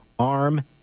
Arm